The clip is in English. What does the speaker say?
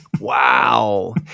Wow